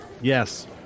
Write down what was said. Yes